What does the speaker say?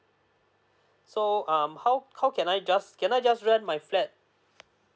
so um how how can I just can I just rent my flat